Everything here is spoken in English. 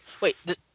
Wait